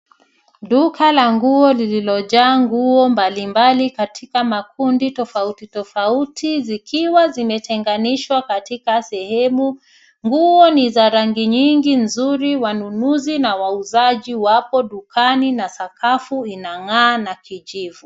Duka la nguo lililojaa nguo mbalimbali katika makundi tofauti tofauti zikiwa zimeteganishwa katika sehemu. Nguo ni za rangi nyingi nzuri, wanunuzi na wauzaji wapo dukani na sakafu inang'aa na kijivu.